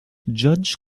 judge